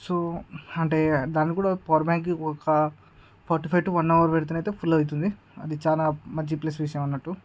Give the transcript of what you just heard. so అంటే దానికి కూడా పవర్ బ్యాంక్కి ఒక forty five to one hour పెడితేనయితే ఫుల్ అవుతుంది అది చాలా మంచి ప్లస్ విషయం అన్నట్టు